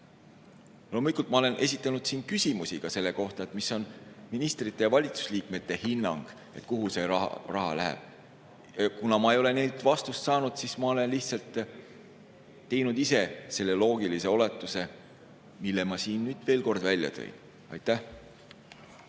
ma olen siin esitanud küsimusi ka selle kohta, mis on ministrite ja valitsusliikmete hinnang, kuhu see raha läheb. Kuna ma ei ole neilt vastust saanud, siis ma olen lihtsalt teinud ise selle loogilise oletuse, mille ma siin veel kord välja tõin. Aitäh!